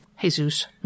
Jesus